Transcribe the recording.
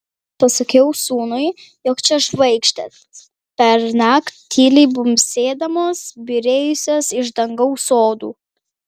pasakiau sūnui jog čia žvaigždės pernakt tyliai bumbsėdamos byrėjusios iš dangaus sodų